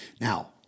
Now